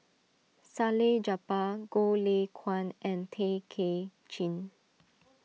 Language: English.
Salleh Japar Goh Lay Kuan and Tay Kay Chin